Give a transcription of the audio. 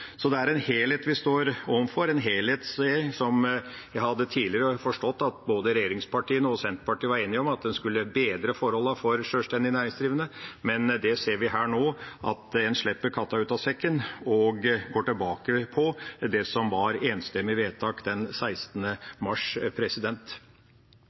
Det er en helhet vi står overfor, en helhetstenkning som jeg tidligere har forstått at regjeringspartiene og Senterpartiet var enige om, at en skulle bedre forholdene for sjølstendig næringsdrivende, men vi ser nå at en slipper katta ut av sekken og går tilbake på det som var et enstemmig vedtak den